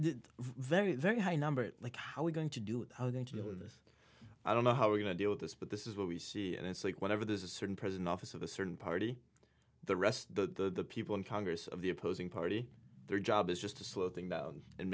very very high number like how are we going to do this i don't know how we're going to deal with this but this is what we see and so whenever there's a certain president office of a certain party the rest of the people in congress of the opposing party their job is just to slow things down and